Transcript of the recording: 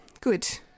Good